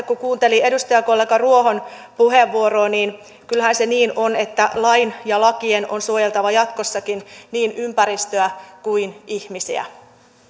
kun kuunteli edustajakollega ruohon puheenvuoroa niin kyllähän se niin on että lakien on suojeltava jatkossakin niin ympäristöä kuin ihmisiä